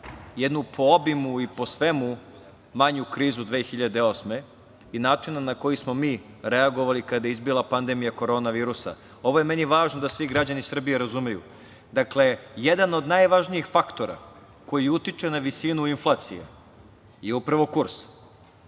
jednu po obimu i po svemu manju krizu 2008. i načinu na koji smo mi reagovali kada je izbila pandemija Korona virusa. Ovo je meni važno da svi građani Srbije razumeju. Dakle, jedan od najvažnijih faktora koji utiče na visinu inflacije je upravo kurs.